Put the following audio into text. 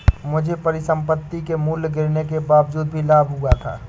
मुझे परिसंपत्ति के मूल्य गिरने के बावजूद भी लाभ हुआ था